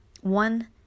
one